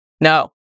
No